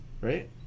right